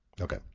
Okay